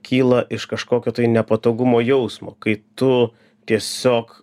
kyla iš kažkokio tai nepatogumo jausmo kai tu tiesiog